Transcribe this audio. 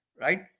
Right